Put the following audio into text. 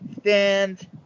stand